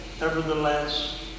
nevertheless